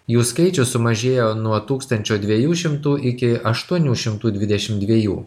jų skaičius sumažėjo nuo tūkstančio dviejų šimtų iki aštuonių šimtų dvidešimt dviejų